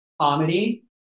comedy